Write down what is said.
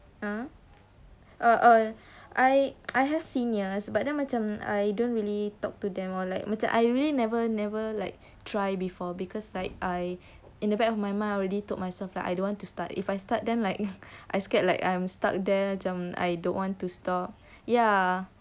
!huh! err err I I have seniors but then macam I don't really talk to them macam I really never never like try before because like I in the back of my mind I already told myself like I don't want to start if I start then like I scared like I'm stuck there macam I don't want to stop ya